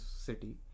city